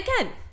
again